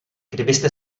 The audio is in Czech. kdybyste